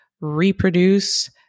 reproduce